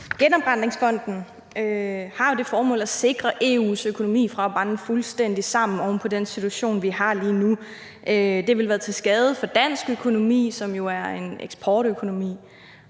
Genopretningsfonden har jo det formål at sikre EU's økonomi fra at brænde fuldstændig sammen oven på den situation, vi har lige nu. Det ville være til skade for dansk økonomi, som jo er en eksportøkonomi.